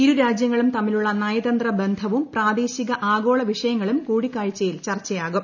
ഇരു രാജൃങ്ങളും തമ്മിലുള്ള നയതന്ത്രു ബന്ധവും പ്രാദേശിക ആഗോള വിഷയങ്ങളും കൂടിക്കാഴ്ച്ചയിൽ ചർച്ചയാകും